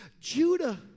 Judah